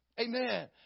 Amen